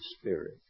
Spirit